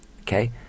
Okay